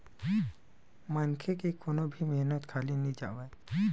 मनखे के कोनो भी मेहनत खाली नइ जावय